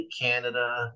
Canada